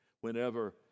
whenever